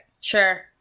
Sure